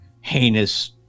heinous